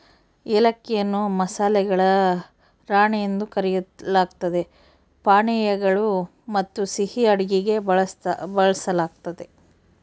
ಏಲಕ್ಕಿಯನ್ನು ಮಸಾಲೆಗಳ ರಾಣಿ ಎಂದು ಕರೆಯಲಾಗ್ತತೆ ಪಾನೀಯಗಳು ಮತ್ತುಸಿಹಿ ಅಡುಗೆಗೆ ಬಳಸಲಾಗ್ತತೆ